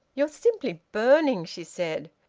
you're simply burning, she said,